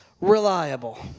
reliable